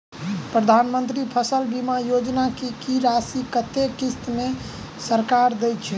प्रधानमंत्री फसल बीमा योजना की राशि कत्ते किस्त मे सरकार देय छै?